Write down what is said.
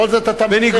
בכל זאת אתה מסיים?